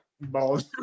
Balls